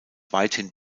weithin